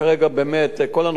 כל הנושא של אפליות,